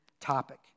topic